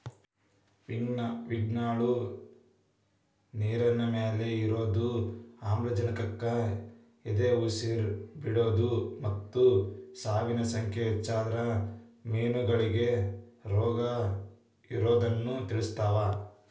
ಮಿನ್ಗಳು ನೇರಿನಮ್ಯಾಲೆ ಇರೋದು, ಆಮ್ಲಜನಕಕ್ಕ ಎದಉಸಿರ್ ಬಿಡೋದು ಮತ್ತ ಸಾವಿನ ಸಂಖ್ಯೆ ಹೆಚ್ಚಾದ್ರ ಮೇನಗಳಿಗೆ ರೋಗಇರೋದನ್ನ ತಿಳಸ್ತಾವ